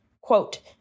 Quote